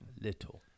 Little